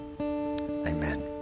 amen